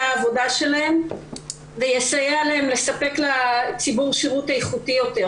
העבודה שלהן ויסייע להן לספק לציבור שירות איכותי יותר.